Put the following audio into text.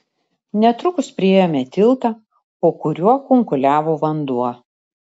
netrukus priėjome tiltą po kuriuo kunkuliavo vanduo